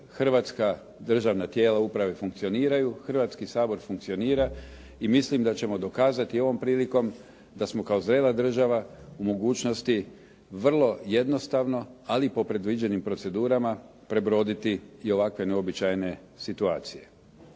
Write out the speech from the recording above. Hrvatska državna tijela uprave funkcioniraju, Hrvatski sabor funkcionira i mislim da ćemo dokazati ovom prilikom da smo kao zrela država u mogućnosti vrlo jednostavno, ali po predviđenim procedurama prebroditi i ovakve neuobičajene situacije.